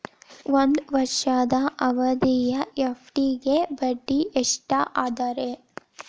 ಒಂದ್ ವರ್ಷದ ಅವಧಿಯ ಎಫ್.ಡಿ ಗೆ ಬಡ್ಡಿ ಎಷ್ಟ ಅದ ರೇ?